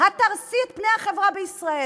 את תהרסי את פני החברה בישראל.